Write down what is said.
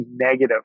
negative